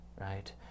right